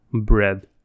bread